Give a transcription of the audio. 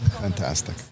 Fantastic